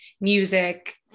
music